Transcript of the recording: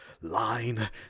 line